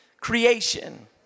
creation